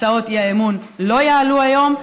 הצעות האי-אמון לא יעלו היום,